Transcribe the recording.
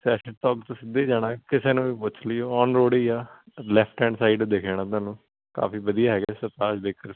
session ਚੌਂਕ ਤੋਂ ਸਿੱਧੇ ਜਾਣਾ ਕਿਸੇ ਨੂੰ ਵੀ ਪੁੱਛ ਲਿਓ ਆਨ ਰੋਡ ਹੀ ਆ ਲੈਫਟ ਹੈਂਡ ਸਾਈਡ ਦਿਖਣਾ ਤੁਹਾਨੂੰ ਕਾਫੀ ਵਧੀਆ ਹੈਗੇ ਸਰਤਾਜ ਬੇਕਰਸ